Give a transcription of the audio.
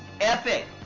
Epic